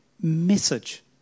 message